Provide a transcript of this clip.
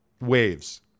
waves